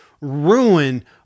ruin